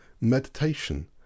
meditation